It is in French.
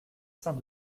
saint